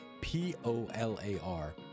P-O-L-A-R